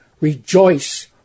Rejoice